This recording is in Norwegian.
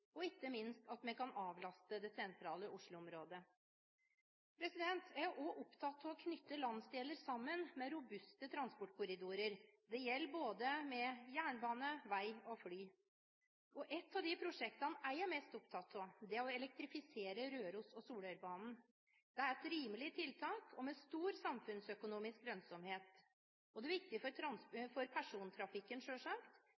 og ikke minst avlaste det sentrale Oslo-området. Jeg er også opptatt av å knytte landsdeler sammen med robuste transportkorridorer, det gjelder både med jernbane, vei og fly. Ett av de prosjektene jeg er mest opptatt av, er å elektrifisere Røros- og Solørbanen. Det er et rimelig tiltak – og med stor samfunnsøkonomisk lønnsomhet. Det er viktig for